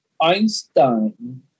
Einstein